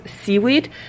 seaweed